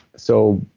so